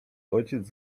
ojciec